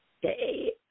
Hey